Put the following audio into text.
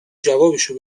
جوابشو